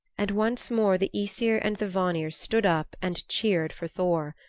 and once more the aesir and the vanir stood up and cheered for thor,